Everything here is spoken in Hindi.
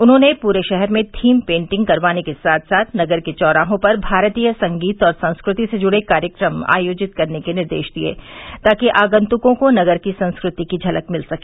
उन्होंने पूरे शहर में थीम पेंटिंग करवाने के साथ साथ नगर के चौराहों पर भारतीय संगीत और संस्कृति से जुड़े कार्यक्रम आयोजित करने के निर्देश दिये ताकि आंगत्कों को नगर की संस्कृति की झलक मिल सके